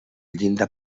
llinda